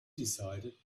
decided